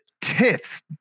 tits